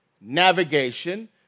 navigation